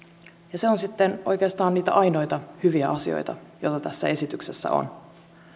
ja se on sitten oikeastaan niitä ainoita hyviä asioita joita tässä esityksessä on